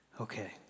Okay